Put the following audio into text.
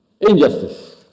Injustice